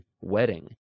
wedding